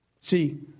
See